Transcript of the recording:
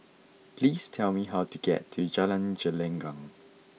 please tell me how to get to Jalan Gelenggang